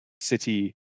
city